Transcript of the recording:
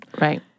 Right